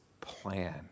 plan